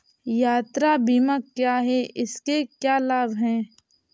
यात्रा बीमा क्या है इसके क्या लाभ हैं?